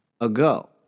Ago